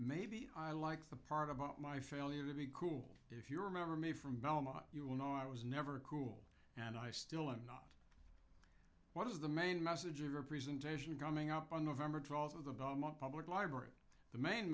maybe i like the part about my failure to be cool if you remember me from bella you will know i was never cool and i still am not what is the main message of your presentation coming up on november draws of the belmont public library the main